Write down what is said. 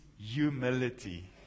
humility